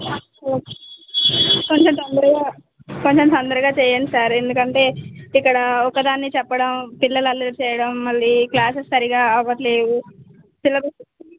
కొంచెం తొందరగా కొంచెం తొందరగా చెయ్యండి సార్ ఎందుకంటే ఇక్కడ ఒకదాన్నే చెప్పడం పిల్లలు అల్లరి చెయ్యడం మళ్ళీ క్లాసెస్ సరిగా అవ్వట్లేదు